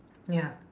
ya